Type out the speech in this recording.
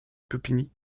pupponi